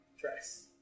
dress